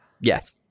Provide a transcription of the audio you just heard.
Yes